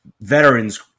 Veterans